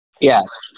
Yes